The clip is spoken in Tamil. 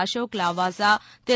அசோக் லாவாசா திரு